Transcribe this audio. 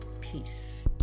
peace